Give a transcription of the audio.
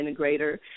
Integrator